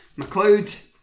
McLeod